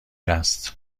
است